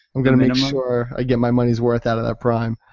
i'm going to make sure i get my money's worth out of that prime.